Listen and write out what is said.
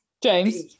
James